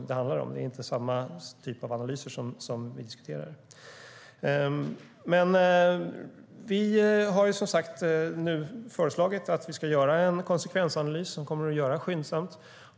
Det är inte samma typ av analyser som vi diskuterar. Vi har föreslagit att det ska göras en konsekvensanalys, och den kommer att göras skyndsamt.